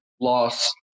loss